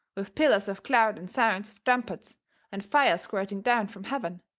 with pillars of cloud and sounds of trumpets and fire squirting down from heaven,